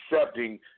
accepting